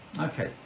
okay